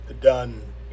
done